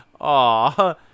Aw